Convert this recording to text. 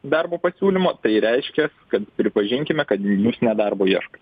darbo pasiūlymo tai reiškia kad pripažinkime kad jūs ne darbo ieškot